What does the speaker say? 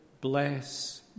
bless